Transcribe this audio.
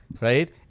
right